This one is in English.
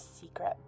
secret